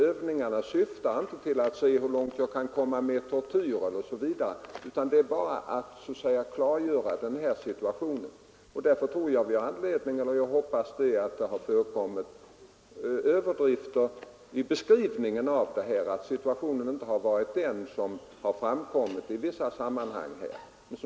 Övningarna syftar inte till att se hur långt man kan komma med tortyr utan bara till att klargöra den här situationen. Därför tror jag att det finns anledning att säga — jag hoppas det — att det har förekommit överdrifter i beskrivningen av övningen och att situationen inte varit sådan som man i vissa sammanhang beskrivit den.